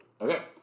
Okay